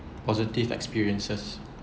positive experiences